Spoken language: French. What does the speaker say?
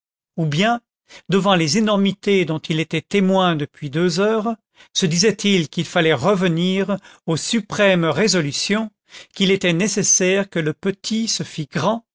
ou bien devant les énormités dont il était témoin depuis deux heures se disait-il qu'il fallait revenir aux suprêmes résolutions qu'il était nécessaire que le petit se fit grand